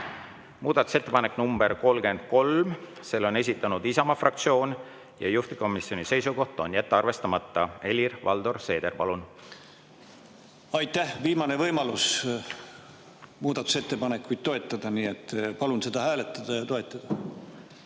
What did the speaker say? Muudatusettepanek nr 33, selle on esitanud Isamaa fraktsioon, juhtivkomisjoni seisukoht on jätta arvestamata. Helir-Valdor Seeder, palun! Aitäh! Viimane võimalus muudatusettepanekut toetada, nii et palun seda hääletada ja toetada.